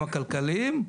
גם הכלכליים,